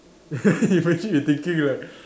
imagine you thinking like